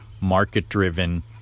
market-driven